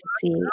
see